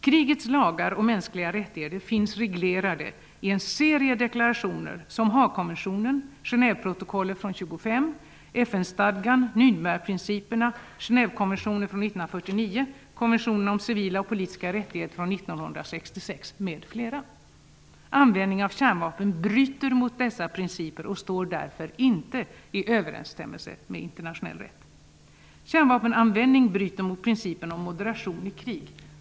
Krigets lagar och mänskliga rättigheter finns reglerade i en serie deklarationer som Användning av kärnvapen bryter mot dessa principer och står därför inte i överensstämmelse med internationell rätt. Kärnvapenanvändning bryter mot principen om moderation i krig.